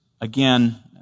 again